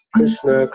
Krishna